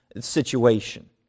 situation